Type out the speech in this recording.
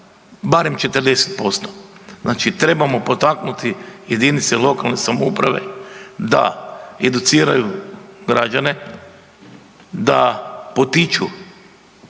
barem 40%. Znači trebamo potaknuti JLS-ove da educiraju građane, da potiču